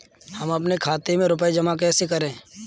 हम अपने खाते में रुपए जमा कैसे करें?